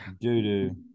Doo-doo